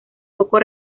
foco